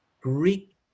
greek